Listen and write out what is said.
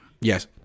Yes